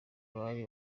bari